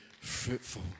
fruitful